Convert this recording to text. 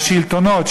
השלטונות,